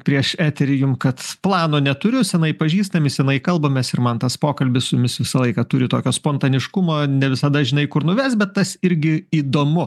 prieš eterį jum kad plano neturiu seniai pažįstami seniai kalbamės ir man tas pokalbis su jumis visą laiką turi tokio spontaniškumo ne visada žinai kur nuves bet tas irgi įdomu